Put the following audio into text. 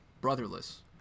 brotherless